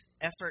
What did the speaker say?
effort